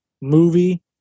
movie